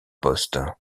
poste